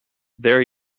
there